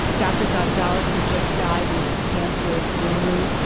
dr. gonzales who just died who was a cancer guru,